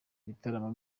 ibitaramo